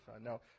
Now